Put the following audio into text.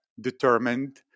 determined